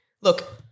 look